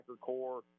core